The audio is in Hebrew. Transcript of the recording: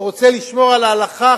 או רוצה לשמור על ההלכה,